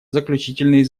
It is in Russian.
заключительные